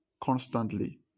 constantly